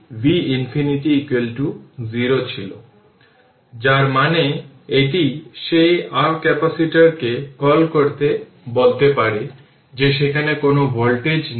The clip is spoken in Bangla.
এই এনার্জি একটি রেজিস্টর এর মত রিট্রিভ করা যেতে পারে কিন্তু এই ক্ষেত্রে যখন আইডেল ক্যাপাসিটর এনার্জি অপচয় করতে পারে না তখন এনার্জি রিট্রিভ করা যেতে পারে